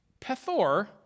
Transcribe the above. Pethor